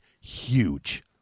huge